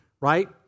right